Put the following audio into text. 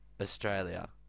Australia